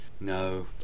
no